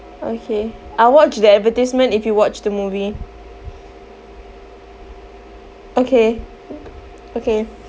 okay I'll watch the advertisement if you watch the movie okay okay